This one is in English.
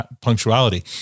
punctuality